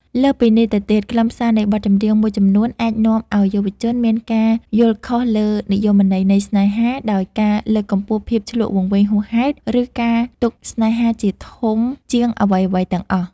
លើសពីនេះទៅទៀត ខ្លឹមសារនៃបទចម្រៀងមួយចំនួនអាចនាំឱ្យយុវជនមានការយល់ខុសលើនិយមន័យនៃស្នេហា ដោយការលើកកម្ពស់ភាពឈ្លក់វង្វេងហួសហេតុ ឬការទុកស្នេហាជាធំជាងអ្វីៗទាំងអស់។